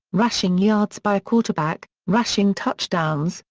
rushing yards by a quarterback, rushing touchdowns,